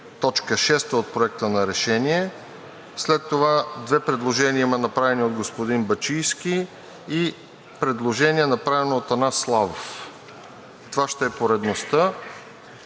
в т. 6 от Проекта на решение, след това има две предложения, направени от господин Бачийски, и предложение, направено от Атанас Славов. Това ще е поредността,